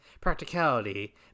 practicality